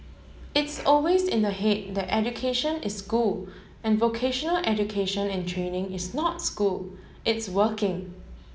it's always in the head that education is school and vocational education and training is not school it's working